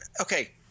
Okay